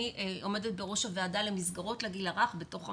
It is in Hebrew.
אני עומדת בראש הוועדה למסגרות לגיל הרך בתוך המועצה.